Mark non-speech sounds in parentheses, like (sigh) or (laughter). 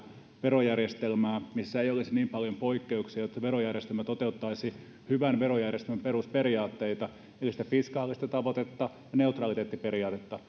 verojärjestelmää missä ei olisi niin paljon poikkeuksia jotta verojärjestelmä toteuttaisi hyvän verojärjestelmän perusperiaatteita eli sitä fiskaalista tavoitetta ja neutraliteettiperiaatetta (unintelligible)